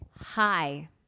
Hi